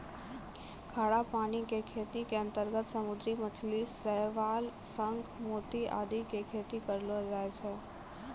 खारा पानी के खेती के अंतर्गत समुद्री मछली, शैवाल, शंख, मोती आदि के खेती करलो जाय छै